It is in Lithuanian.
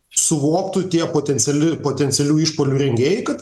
suvoktų tie potenciali potencialių išpuolių rengėjai kad